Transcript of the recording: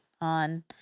on